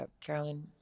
Carolyn